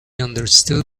understood